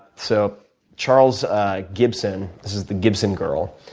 so charles gibson this is the gibson girl.